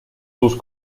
sus